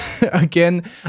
again